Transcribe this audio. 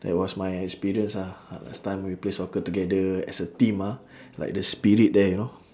that was my experience ah last time we play soccer together as a team ah like the spirit there you know